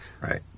Right